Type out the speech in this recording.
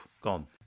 gone